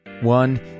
One